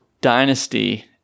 Dynasty